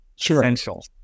essential